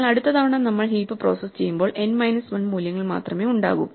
എന്നാൽ അടുത്ത തവണ നമ്മൾ ഹീപ്പ് പ്രോസസ്സ് ചെയ്യുമ്പോൾ n മൈനസ് 1 മൂല്യങ്ങൾ മാത്രമേ ഉണ്ടാകൂ